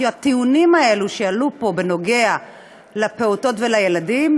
כי הטיעונים שעלו פה בנוגע לפעוטות וילדים,